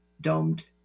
domed